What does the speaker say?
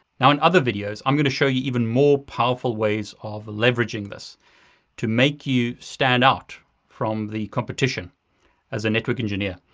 now in other videos i'm going to show you even more powerful ways of leveraging this to make you stand out from the competition as a network engineer.